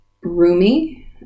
roomy